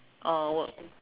uh work